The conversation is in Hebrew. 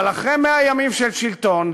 אבל אחרי 100 ימים של שלטון,